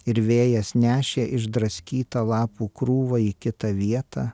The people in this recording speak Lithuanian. ir vėjas nešė išdraskytą lapų krūvą į kitą vietą